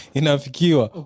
inafikiwa